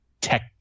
tech